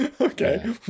okay